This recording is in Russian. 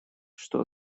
что